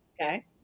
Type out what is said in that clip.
Okay